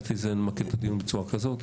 נמקד את הדיון בצורה כזאת,